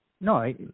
No